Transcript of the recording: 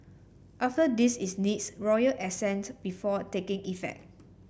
after this its needs royal assent before taking effect